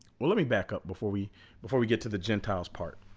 well let me back up before we before we get to the gentiles part